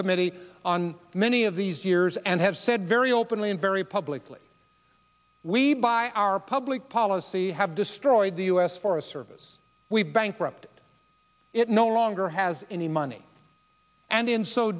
committee on many of these years and have said very openly and very publicly we buy our public policy have destroyed the u s forest service we bankrupt it no longer has any money and in so